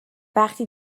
وقتی